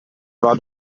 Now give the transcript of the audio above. war